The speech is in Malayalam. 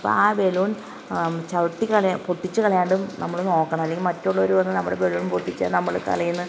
അപ്പം ആ ബലൂൺ ചവിട്ടി കളയുക പൊട്ടിച്ച് കളയാണ്ടും നമ്മൾ നോക്കണം അല്ലെങ്കിൽ മറ്റുള്ളവർ വന്നു നമ്മുടെ ബലൂൺ പൊട്ടിച്ചാൽ നമ്മൾ കളിയിൽ നിന്ന്